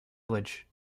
village